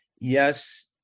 yes